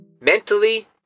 Mentally